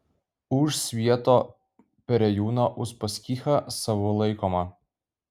už svieto perėjūną uspaskichą savu laikomą